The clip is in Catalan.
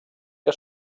que